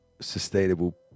sustainable